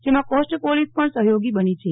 જેમાં coast police પણ સહયોગી બની છે